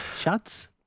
shots